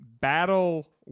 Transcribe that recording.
battle